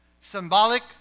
Symbolic